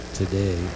today